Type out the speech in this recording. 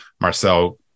marcel